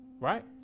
right